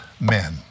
men